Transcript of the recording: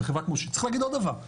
וצריך להגיד עוד דבר,